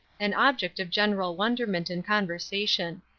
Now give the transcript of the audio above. an object of general wonderment and conversation.